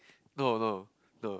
no no no